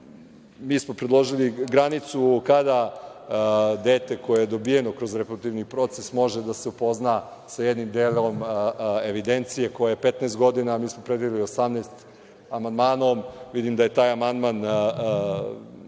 mi smo predložili granicu kada dete koje je dobijeno kroz reproduktivni proces može da se upozna sa jednim delom evidencije koja je 15 godina, a mi smo predvideli 18 amandmanom. Vidim da je taj amandman odbijen.